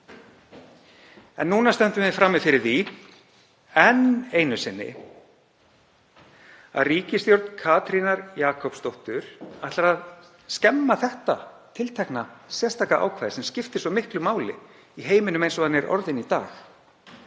En núna stöndum við frammi fyrir því enn einu sinni að ríkisstjórn Katrínar Jakobsdóttur ætlar að skemma þetta tiltekna sérstaka ákvæði sem skiptir svo miklu máli í heiminum eins og hann er orðinn í dag.